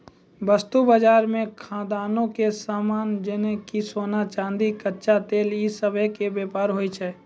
वस्तु बजारो मे खदानो के समान जेना कि सोना, चांदी, कच्चा तेल इ सभ के व्यापार होय छै